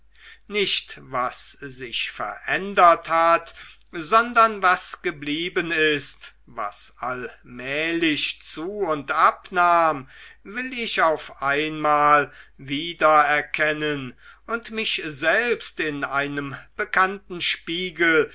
nicht was sich verändert hat sondern was geblieben ist was allmählich zu und abnahm will ich auf einmal wieder erkennen und mich selbst in einem bekannten spiegel